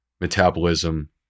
metabolism